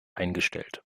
eingestellt